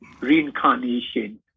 reincarnation